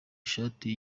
ishati